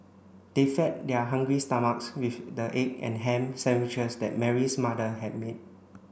they fed their hungry stomachs with the egg and ham sandwiches that Mary's mother had made